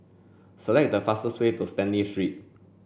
select the fastest way to Stanley Street